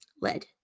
Lead